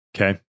Okay